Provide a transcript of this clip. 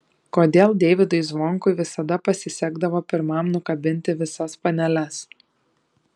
kodėl deivydui zvonkui visada pasisekdavo pirmam nukabinti visas paneles